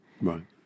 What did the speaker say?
Right